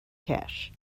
cash